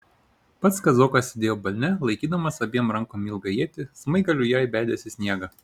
pats kazokas sėdėjo balne laikydamas abiem rankom ilgą ietį smaigaliu ją įbedęs į sniegą